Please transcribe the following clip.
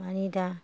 माने दा